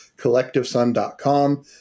Collectivesun.com